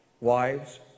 wives